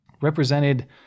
represented